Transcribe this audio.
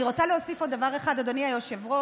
אני רוצה להוסיף עוד דבר אחד, אדוני היושב-ראש.